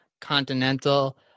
continental